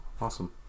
Awesome